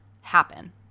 happen